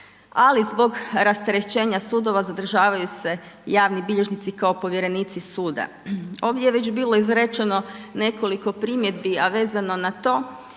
ali zbog rasterećenja sudova zadržavaju se javni bilježnici kao povjerenici sud. Ovdje je bilo izrečeno nekoliko primjedbi, a vezano na to